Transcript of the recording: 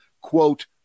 quote